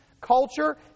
culture